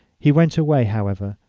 he went away, however,